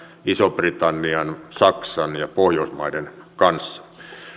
ison britannian saksan ja pohjoismaiden kanssa